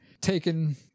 taken